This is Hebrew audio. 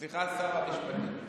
סליחה, שר המשפטים.